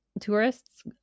tourists